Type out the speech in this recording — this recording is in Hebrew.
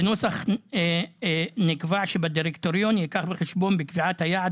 בנוסח נקבע שהדירקטוריון ייקח בחשבון בקביעת היעד